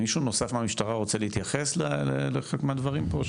מישהו נוסף מהמשטרה רוצה להתייחס לחלק מהדברים פה?